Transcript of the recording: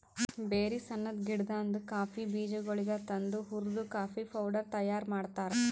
berries ಅನದ್ ಗಿಡದಾಂದ್ coffee ಬೀಜಗೊಳಿಗ್ ತಂದು ಹುರ್ದು ಕಾಫಿ ಪೌಡರ್ ತೈಯಾರ್ ಮಾಡ್ತಾರ್